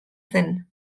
zen